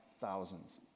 thousands